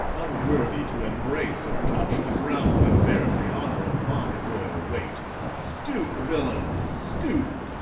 unworthy to embrace or touch the ground that bears the honour of my royal weight stoop, villain, stoop!